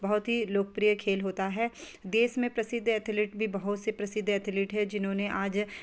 बहुत ही लोकप्रिय खेल होता है देश में प्रसिद्ध एथलीट भी बहुत सी प्रसिद्ध एथलीट हैं जिन्होंने आज